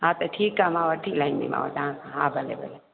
हा त ठीकु आहे मां वठी हलाईंदीमांव तव्हां खां हां भले भले